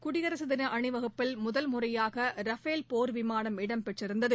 குடியரசு தின அணிவகுப்பில் முதல்முறையாக ரஃபேல் போர் விமானம் இடம்பெற்றிருந்தது